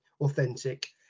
authentic